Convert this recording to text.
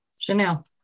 Chanel